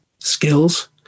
skills